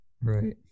Right